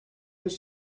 his